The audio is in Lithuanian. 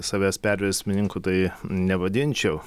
savęs perversmininku tai nevadinčiau